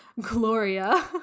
Gloria